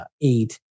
eight